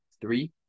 three